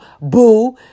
boo